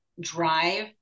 drive